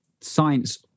science